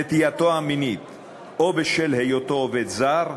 נטייתו המינית או בשל היותו עובד זר,